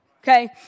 Okay